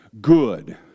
good